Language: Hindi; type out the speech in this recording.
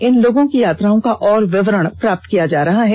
इन लोगों की यात्राओं का और विवरण प्राप्त किया जा रहा है